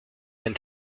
and